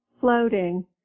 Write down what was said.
floating